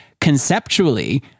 conceptually